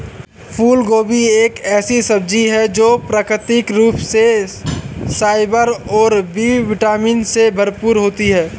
फूलगोभी एक ऐसी सब्जी है जो प्राकृतिक रूप से फाइबर और बी विटामिन से भरपूर होती है